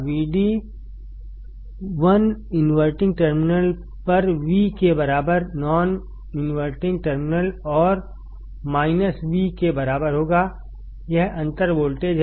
Vd inverting terminal पर V के बराबर नॉनवर्टिंग टर्मिनल और V के बराबर होगायह अंतर वोल्टेज है